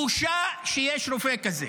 בושה שיש רופא כזה.